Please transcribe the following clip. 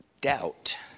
doubt